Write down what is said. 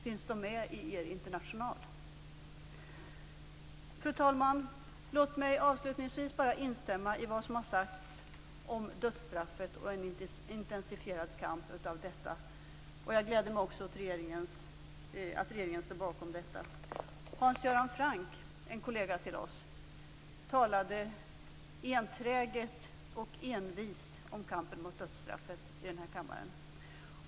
Finns de med i er international? Fru talman! Låt mig avslutningsvis instämma i vad som har sagts om dödsstraffet och en intensifierad kamp mot detta. Jag gläder mig också åt att regeringen står bakom den kampen. Hans Göran Franck, en kollega till oss, talade enträget och envist om kampen mot dödsstraffet i den här kammaren.